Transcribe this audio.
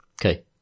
Okay